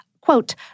quote